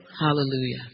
Hallelujah